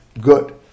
good